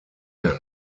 men